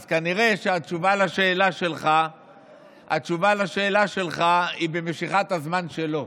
אז כנראה שהתשובה על השאלה שלך היא במשיכת הזמן שלו